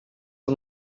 aan